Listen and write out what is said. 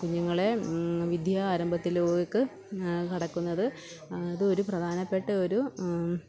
കുഞ്ഞുങ്ങളെ വിദ്യാരംഭത്തിലേക്ക് കടക്കുന്നത് ഇത് ഒരു പ്രധാനപ്പെട്ട ഒരു